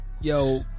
Yo